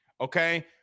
okay